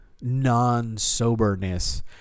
non-soberness